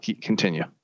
continue